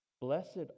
Blessed